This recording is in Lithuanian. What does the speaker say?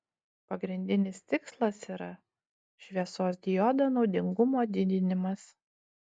pagrindinis tikslas yra šviesos diodo naudingumo didinimas